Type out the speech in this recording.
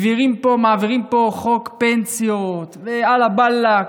מעבירים פה חוק פנסיות ועלא באב אללה,